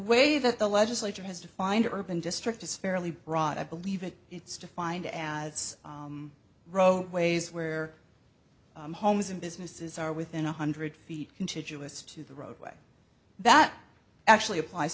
way that the legislature has defined urban districts is fairly broad i believe it it's defined as roadways where homes and businesses are within one hundred feet contiguous to the roadway that actually applies